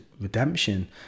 redemption